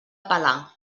pelar